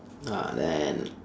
uh then